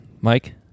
Mike